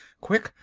quick?